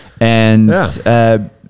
And-